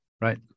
right